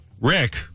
Rick